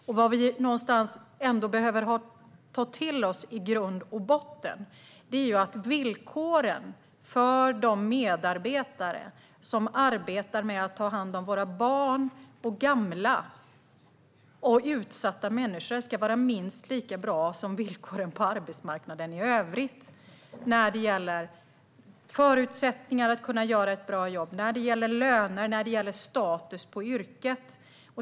Vad vi ändå någonstans behöver ta till oss i grund och botten är att villkoren för de medarbetare som arbetar med att ta hand om våra barn och gamla och utsatta människor ska vara minst lika bra som villkoren på arbetsmarknaden i övrigt när det gäller förutsättningar att kunna göra ett bra jobb, när det gäller löner och när det gäller status på yrket.